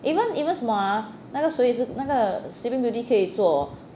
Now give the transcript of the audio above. even even 什么啊那个谁也是那个 sleeping beauty 可以做 fairy whisperer eh 三只 leh